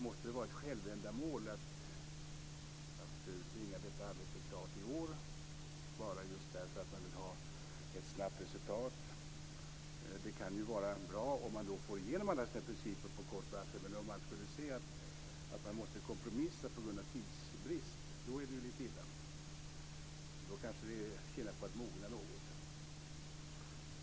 Måste det vara ett självändamål att bringa detta arbete klart i år, bara därför att man vill ha ett snabbt resultat? Det kan ju vara bra om man får igenom alla sina principer med kort varsel, men om man ser att man måste kompromissa på grund av tidsbrist är det illa. Då kanske det tjänar på att mogna något.